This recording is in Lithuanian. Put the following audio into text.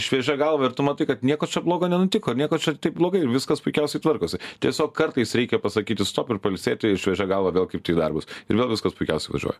šviežia galva ir tu matai kad nieko čia blogo nenutiko ir nieko čia taip blogai viskas puikiausiai tvarkosi tiesiog kartais reikia pasakyti stop ir pailsėti šviežia galva vėl kibti į darbus ir vėl viskas puikiausiai važiuoja